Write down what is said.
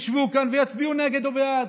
ישבו כאן ויצביעו נגד או בעד.